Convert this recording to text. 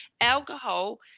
Alcohol